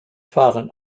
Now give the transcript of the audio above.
fahren